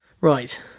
Right